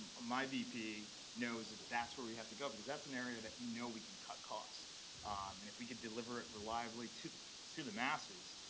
my bp knows it. that's where we have to go because that's an area that we know we can cut cost. and if we can deliver it reliably to to the masses,